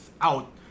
out